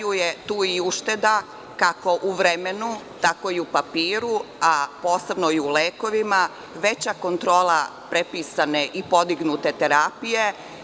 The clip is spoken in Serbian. Tu je ušteda kako u vremenu, tako i u papiru, a posebno i u lekovima, veća kontrola prepisane i podignute terapije.